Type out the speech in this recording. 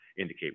indicate